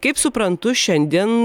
kaip suprantu šiandien